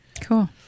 Cool